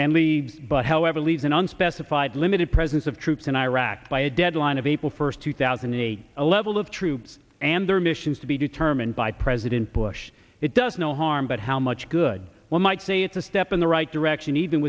and leave but however leaves an unspecified limited presence of troops in iraq by a deadline of april first two thousand and eight a level of troops and their mission to be determined by president bush it does no harm but how much good will might say it's a step in the right direction even